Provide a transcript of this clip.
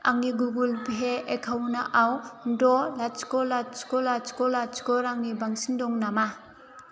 आंनि Google Pay एकाउन्टाव द' लाथिख' लाथिख' लाथिख' लाथिख' रांनि बांसिन दं नामा